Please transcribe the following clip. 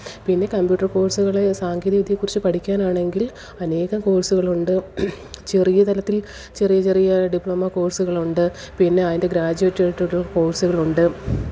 പിന്നെ കമ്പ്യൂട്ടര് കോഴ്സുകൾ സാങ്കേതികവിദ്യയെ കുറിച്ച് പഠിക്കാനാണെങ്കില് അനേകം കോഴ്സുകളുണ്ട് ചെറിയ തലത്തില് ചെറിയ ചെറിയ ഡിപ്ലോമ കോഴ്സ്കളുണ്ട് പിന്നെ അതിന്റെ ഗ്രാജുവേറ്റായിട്ടും കോഴ്സ്കളുണ്ട്